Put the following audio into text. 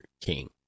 king